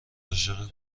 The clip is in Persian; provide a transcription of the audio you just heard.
عاشق